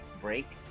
break